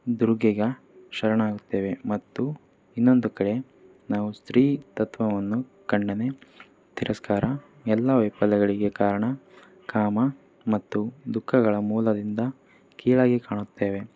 ದುರ್ಗೆಗೆ ಶರಣಾಗುತ್ತೇವೆ ಮತ್ತು ಇನ್ನೊಂದು ಕಡೆ ನಾವು ಸ್ತ್ರೀ ತತ್ವವನ್ನು ಕಣ್ಣನೆ ತಿರಸ್ಕಾರ ಎಲ್ಲ ವೈಫಲ್ಯಗಳಿಗೆ ಕಾರಣ ಕಾಮ ಮತ್ತು ದುಃಖಗಳ ಮೂಲದಿಂದ ಕೀಳಾಗಿ ಕಾಣುತ್ತೇವೆ